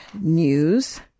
news